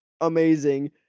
Amazing